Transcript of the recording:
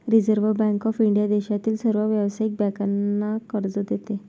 reserve Bank of India देशातील सर्व व्यावसायिक बँकांना कर्ज देते